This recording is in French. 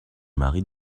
marie